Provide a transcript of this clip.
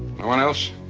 no one else?